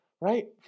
right